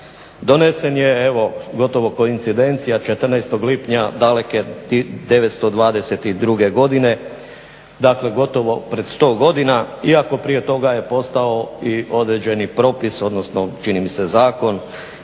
donesen je evo, gotovo koincidencija 4. lipnja daleke 922. godine, dakle gotovo pred 100 godina iako prije toga je postao i određeni propis, odnosno čini mi se Zakon